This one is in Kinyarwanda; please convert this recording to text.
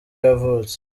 yavutse